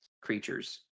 creatures